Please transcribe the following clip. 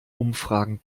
umfragen